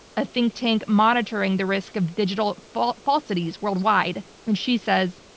a think tank monitoring the risk of digital falsities worldwide. and she says,